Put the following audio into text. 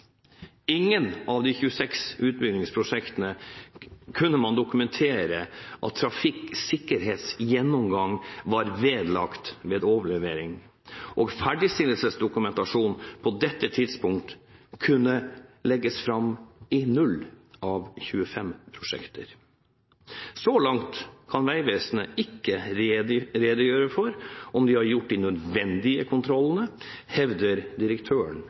av de 26 utbyggingsprosjektene kunne man dokumentere at trafikksikkerhetsgjennomgang var vedlagt ved overlevering, og ferdigstillelsesdokumentasjon kunne på dette tidspunkt legges fram for 0 av 26 prosjekter. Så langt kan Vegvesenet ikke redegjøre for om de har gjort de nødvendige kontrollene, hevder direktøren